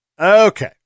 Okay